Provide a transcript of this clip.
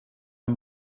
een